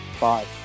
Bye